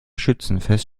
schützenfest